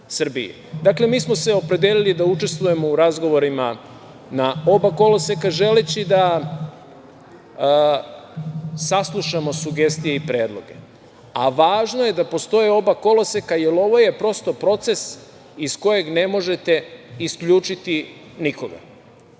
Srbiji. Dakle, mi smo se opredelili da učestvujemo u razgovorima na oba koloseka, želeći da saslušamo sugestije i predloge, a važno je da postoje oba koloseka, jer ovo je prosto proces iz kojeg ne možete isključiti nikoga.